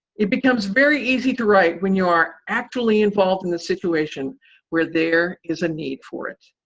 it becomes very easy to write when you are actually involved in a situation where there is a need for it.